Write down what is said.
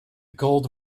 gold